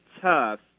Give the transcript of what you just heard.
tough